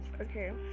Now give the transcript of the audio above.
okay